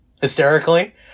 hysterically